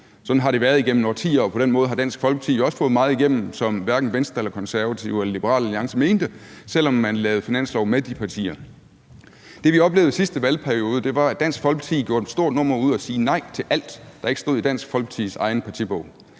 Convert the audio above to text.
Sådan har det været igennem årtier, og på den måde har Dansk Folkeparti jo også fået meget igennem, som hverken Venstre, Konservative eller Liberal Alliance mente, selv om man lavede finanslov med de partier. Det, vi oplevede sidste valgperiode, var, at Dansk Folkeparti gjorde et stort nummer ud af at sige nej til alt, der ikke stod i Dansk Folkepartis egen partibog,